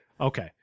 Okay